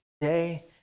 today